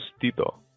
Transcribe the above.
Tito